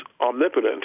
omnipotent